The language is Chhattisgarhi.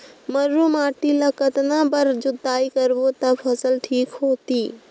मारू माटी ला कतना बार जुताई करबो ता फसल ठीक होती?